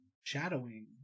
Shadowing